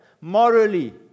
morally